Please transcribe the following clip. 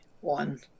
one